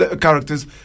characters